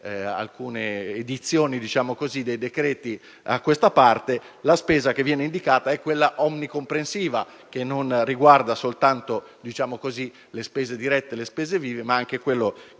alcune edizioni dei decreti a questa parte, infatti, la spesa in essi indicata è quella omnicomprensiva, che non riguarda soltanto le spese dirette e vive, ma anche quelle che